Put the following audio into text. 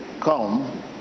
Come